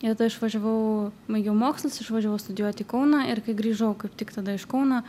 ir ta išvažiavau baigiau mokslus išvažiavau studijuot į kauną ir kai grįžau kaip tik tada iš kauno